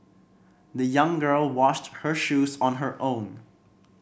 the young girl washed her shoes on her own